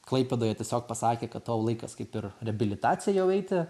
klaipėdoje tiesiog pasakė kad tau laikas kaip ir reabilitaciją jau eiti